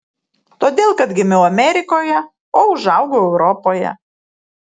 todėl kad gimiau amerikoje o užaugau europoje